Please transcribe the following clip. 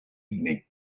evening